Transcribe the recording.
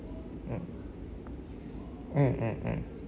mm mm mm mm